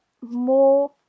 more